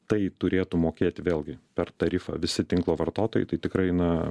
tai turėtų mokėti vėlgi per tarifą visi tinklo vartotojai tai tikrai na